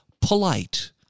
polite